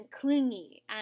clingy